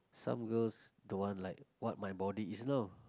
some girls don't want like what my body is now